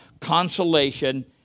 consolation